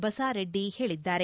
ಬಸಾರೆಡ್ಡಿ ಹೇಳಿದ್ದಾರೆ